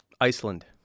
Iceland